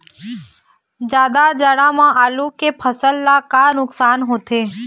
जादा जाड़ा म आलू के फसल ला का नुकसान होथे?